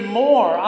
more